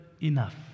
enough